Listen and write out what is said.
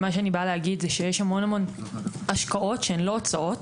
מה שאני באה להגיד זה שיש המון המון השקעות שהן לא הוצאות,